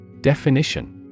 Definition